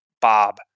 Bob